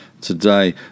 today